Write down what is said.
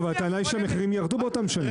אבל הטענה היא שהמחירים ירדו באותן שנים.